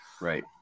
right